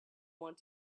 want